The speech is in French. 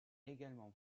également